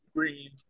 Green